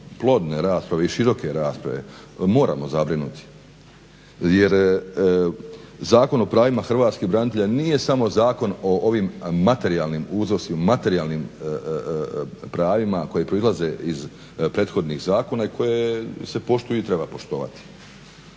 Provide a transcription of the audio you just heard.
plodne i široke rasprave moramo zabrinuti jer Zakon o pravima hrvatskih branitelja nije samo zakon o ovim materijalnim usuzima, materijalnim pravima koji proizlaze iz prethodnih zakona i koje se poštuju i treba poštovati.